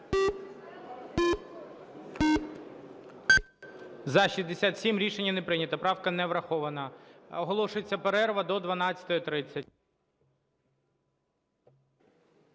За-67 Рішення не прийнято. Правка не врахована. Оголошується перерва до 12:30.